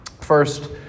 First